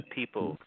people